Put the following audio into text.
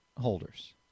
holders